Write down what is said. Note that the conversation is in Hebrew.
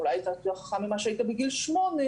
אולי אתה יותר חכם ממה שהיית בגיל שמונה,